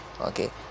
Okay